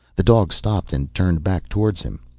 the dog stopped and turned back towards him.